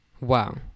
Wow